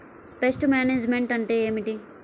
Pest management అంటే ఏమిటి?